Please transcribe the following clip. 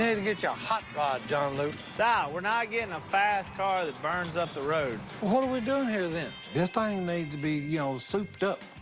ah to get ya a hot rod, john luke. si, so we're not getting a fast car that burns up the road. what are we doing here, then? this thing needs to be you know souped up.